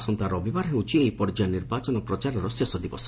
ଆସନ୍ତା ରବିବାର ହେଉଛି ଏହି ପର୍ଯ୍ୟାୟ ନିର୍ବାଚନ ପ୍ରଚାରର ଶେଷ ଦିବସ